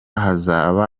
hazaba